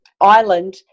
island